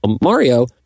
Mario